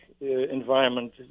environment